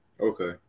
Okay